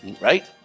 right